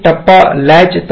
एक टप्पा लॅच